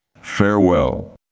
Farewell